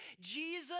Jesus